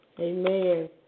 Amen